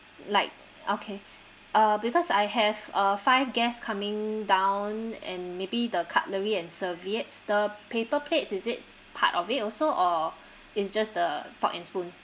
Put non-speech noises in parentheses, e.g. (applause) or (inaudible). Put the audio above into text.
like okay uh because I have uh five guest coming down and maybe the cutlery and serviettes the paper plates is it part of it also or (breath) it's just the fork and spoon